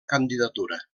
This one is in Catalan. candidatura